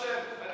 הוא